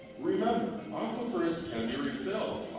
remember ah aquifers can